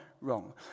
wrong